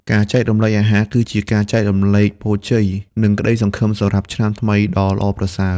ការចែករំលែកអាហារគឺជាការចែករំលែកពរជ័យ និងក្ដីសង្ឃឹមសម្រាប់ឆ្នាំថ្មីដ៏ល្អប្រសើរ។